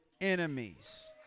enemies